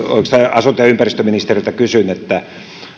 asunto ja ympäristöministeriltä kysyn